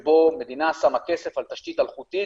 שהמדינה שמה כסף על תשתית אלחוטית